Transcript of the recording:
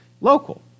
local